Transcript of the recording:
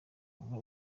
uba